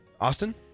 Austin